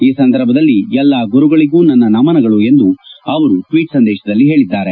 ಈ ಸಂದರ್ಭದಲ್ಲಿ ಎಲ್ಲ ಗುರುವಿಗೂ ನನ್ನ ನಮನಗಳು ಎಂದು ಅವರು ಟ್ನೀಟ್ ಸಂದೇಶದಲ್ಲಿ ತಿಳಿಸಿದ್ದಾರೆ